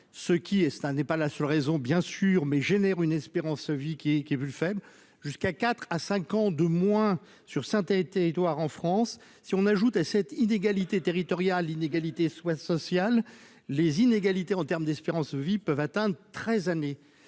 Ce qui est c'est un n'est pas la seule raison bien sûr mais génère une espérance de vie qui qui est plus faible. Jusqu'à 4 à 5 ans de moins sur Saint a été Édouard en France si on ajoute à cette inégalité territoriale inégalités soit sociale les inégalités en termes d'espérance de vie peuvent atteint 13 années